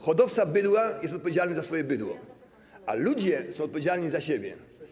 Hodowca bydła jest odpowiedzialny za swoje bydło, a ludzie są odpowiedzialni za siebie.